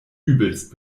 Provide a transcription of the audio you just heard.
übelst